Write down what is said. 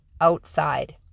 outside